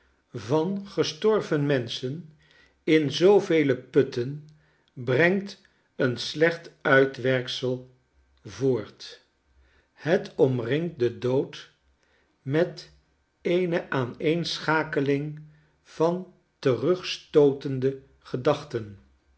van gestorven menschen in zoovele putten brengt een slecht uitwerksel voort het omringt den dood met eene aaneenschakeling van terugstootende gedachten